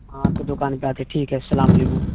ہاں آپ کے دکان پہ آتے ٹھیک ہے السلام علیکم